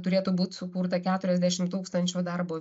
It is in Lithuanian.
turėtų būt sukurta keturiasdešim tūkstančių darbo